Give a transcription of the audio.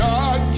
God